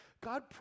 God